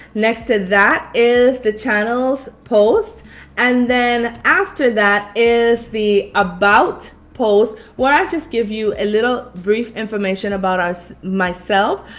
next to that is the channels post and then after that is the about post where i just give you a little brief information about us, myself,